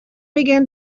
began